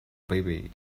baby